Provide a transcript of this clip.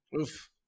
Oof